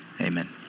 amen